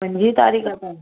पंजी तारीख़ त